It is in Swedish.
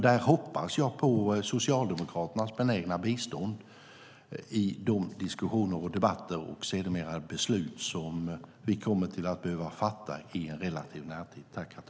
Där hoppas jag på Socialdemokraternas benägna bistånd i diskussioner och debatter och sedermera de beslut som vi kommer att behöva fatta i relativ närtid.